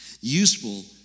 Useful